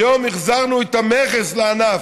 היום החזרנו את המכס לענף,